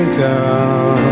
girl